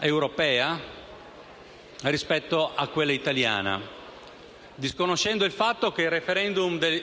europea rispetto a quella italiana, disconoscendo che